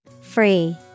Free